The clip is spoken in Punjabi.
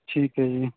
ਠੀਕ ਹੈ ਜੀ